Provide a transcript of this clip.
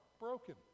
broken